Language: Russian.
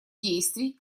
действий